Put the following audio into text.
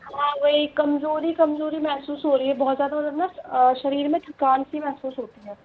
हाँ वही कमजोरी कमजोरी महसूस हो रही है बहुत ज़्यादा और है न शरीर में थकान सी महसूस होती है